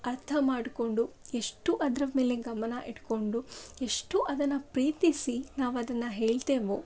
ಅರ್ಥ ಮಾಡ್ಕೊಂಡು ಎಷ್ಟು ಅದರ ಮೇಲೆ ಗಮನ ಇಟ್ಕೊಂಡು ಎಷ್ಟು ಅದನ್ನು ಪ್ರೀತಿಸಿ ನಾವು ಅದನ್ನು ಹೇಳ್ತೇವೋ